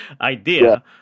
idea